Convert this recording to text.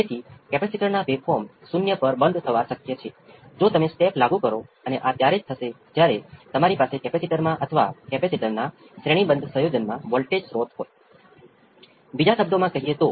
તેથી natural response માટે આ અજ્ઞાત ગુણાંક V 0 એ V c of 0 V p by 1 ω CR વર્ગ cos 5 tan inverse ω C R છે